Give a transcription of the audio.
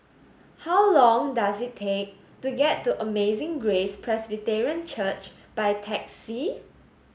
how long does it take to get to Amazing Grace Presbyterian Church by taxi